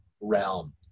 realm